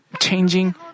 changing